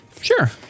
Sure